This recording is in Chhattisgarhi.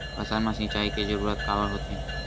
फसल मा सिंचाई के जरूरत काबर होथे?